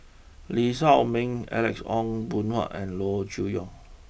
Lee Shao Meng Alex Ong Boon Hau and Loo Choon Yong